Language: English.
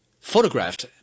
photographed